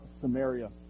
Samaria